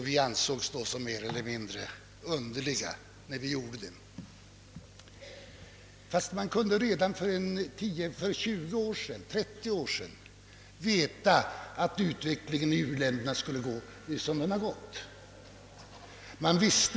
Man ansåg oss som mer eller mindre underliga, när vi tog upp dessa frågor. Redan för 20—30 år sedan var det emellertid uppenbart att utvecklingen i u-länderna skulle gå som den har gått.